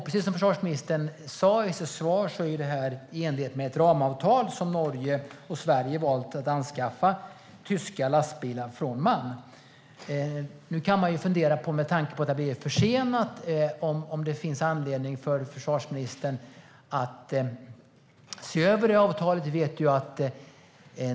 Precis som försvarsministern sa i sitt svar är detta i enlighet med ett ramavtal där Norge och Sverige har valt att anskaffa tyska lastbilar från MAN. Med tanke på att det hela är försenat kan man ju fundera över om det finns anledning för försvarsministern att se över avtalet.